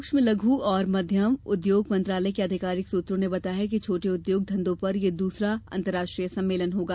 सूक्ष्म लघ् और मध्यम उद्योग मंत्रालय के आधिकारिक सुत्रों ने बताया कि छोटे उद्योग धंधों पर यह दूसरा अंतर्राष्ट्रीय सम्मेलन होगा